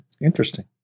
Interesting